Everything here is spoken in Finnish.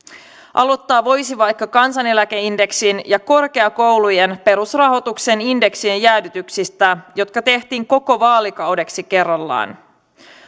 aloittaa voisi vaikka kansaneläkeindeksin ja korkeakoulujen perusrahoituksen indeksien jäädytyksistä jotka tehtiin koko vaalikaudeksi kerrallaan